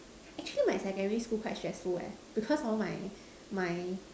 actually my secondary school quite stressful eh because hor my my